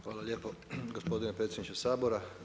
Hvala lijepo gospodine predsjedniče Sabora.